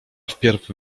wpierw